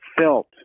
felt